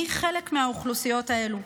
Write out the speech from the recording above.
אני חלק מהאוכלוסיות האלה,